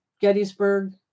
Gettysburg